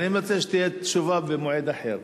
אני מציע שתהיה תשובה במועד אחר.